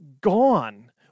gone